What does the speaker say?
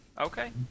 Okay